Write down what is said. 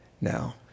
now